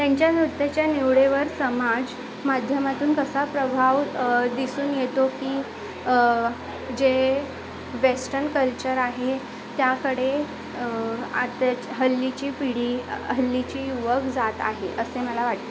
त्यांच्या नृत्याच्या निवडेवर समाज माध्यमातून कसा प्रभाव दिसून येतो की जे वेस्टन कल्चर आहे त्याकडे आताची हल्लीची पिढी हल्लीची युवक जात आहे असे मला वाटते